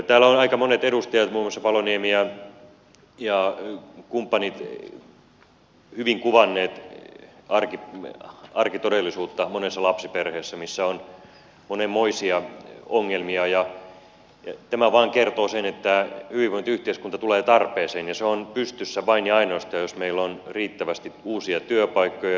täällä ovat aika monet edustajat muun muassa paloniemi ja kumppanit hyvin kuvanneet arkitodellisuutta monessa lapsiperheessä missä on monenmoisia ongelmia ja tämä vaan kertoo sen että hyvinvointiyhteiskunta tulee tarpeeseen ja se on pystyssä vain ja ainoastaan jos meillä on riittävästi uusia työpaikkoja ja työllisyyttä